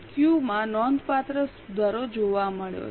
Q માં નોંધપાત્ર સુધારો જોવા મળ્યો છે